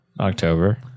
October